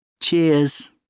Cheers